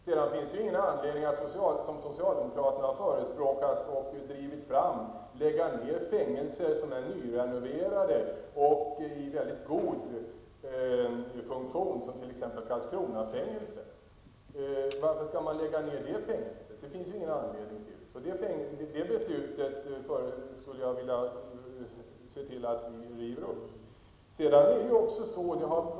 Sedan finns det ingen anledning att, som socialdemokraterna förespråkat och drivit fram, lägga ner fängelser som är nyrenoverade och i väldigt god funktion, t.ex. Karlskronafängelset. Varför skall man lägga ner det fängelset? Det finns det ingen anledning till, så det beslutet skulle jag vilja se till att vi river upp.